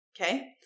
Okay